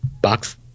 box